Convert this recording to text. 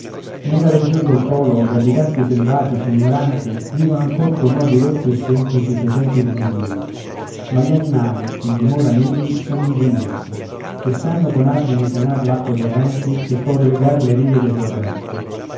nella region del polo gli abitanti selvatici ignoranti vivono ancor coi modi rozzi e semplici dei tempi primitivi ma gli animali che dimoran ivi son ingegnosi e sanno con argini frenar l'acque correnti e collegar le rive dei torrenti